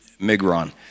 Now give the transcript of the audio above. Migron